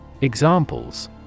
Examples